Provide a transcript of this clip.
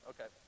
Okay